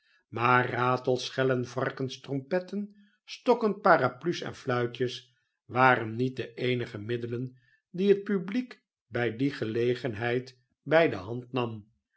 maar ratels schellen varkens trompetten stokken paraplu's en fluiijes waren niet de eenige middelen die het publiek bij die gelegenheid bij de hand nam